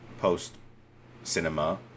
post-cinema